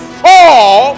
fall